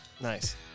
Nice